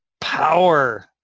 power